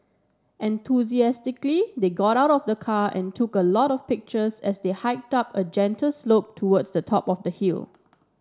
enthusiastically they got out of the car and took a lot of pictures as they hike up a gentle slope towards the top of the hill